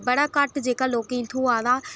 बड़ा घट्ट जेह्का लोकें गी थ्होआ दा